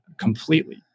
completely